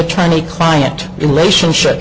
attorney client relationship